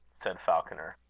said falconer.